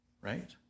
right